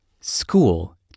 school